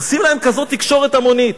עושים להם כזאת תקשורת המונית,